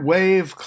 Wave